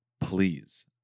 Please